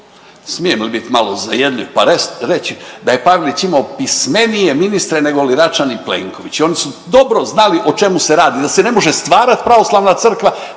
smijem li biti malo zajedljiv pa reći da je Pavelić imao pismenije ministre nego li Račan i Plenković? Oni su dobro znali o čemu se radi, da se ne može stvarati pravoslavna crkva